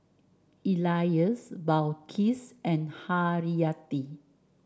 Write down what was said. Elyas Balqis and Haryati